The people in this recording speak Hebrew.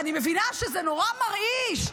אני מבינה שזה נורא מרעיש.